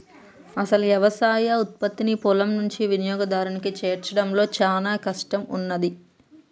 అసలు యవసాయ ఉత్పత్తిని పొలం నుండి వినియోగదారునికి చేర్చడంలో చానా కష్టం ఉన్నాది